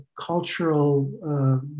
cultural